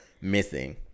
missing